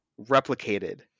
replicated